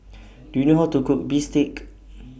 Do YOU know How to Cook Bistake